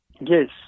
Yes